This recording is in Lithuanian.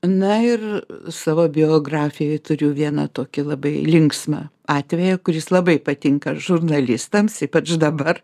na ir savo biografijoj turiu vieną tokį labai linksmą atvejį kuris labai patinka žurnalistams ypač dabar